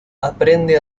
aprende